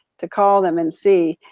to call them and see.